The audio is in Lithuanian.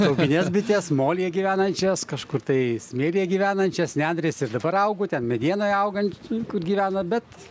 laikines bites molyje gyvenančias kažkur tai smėlyje gyvenančias nendrės ir dabar augo ten medienoj augant gyvena bet